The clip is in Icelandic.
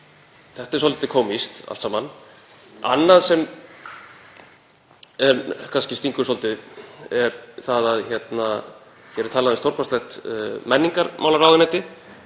Þetta er svolítið kómískt allt saman. Annað sem kannski stingur svolítið er að hér er talað um stórkostlegt menningarmálaráðuneyti,